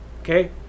Okay